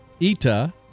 Ita